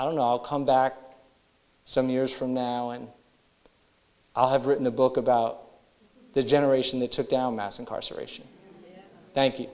i don't know i'll come back some years from now and i have written a book about the generation that took down mass incarceration thank you